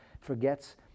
forgets